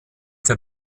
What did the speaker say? der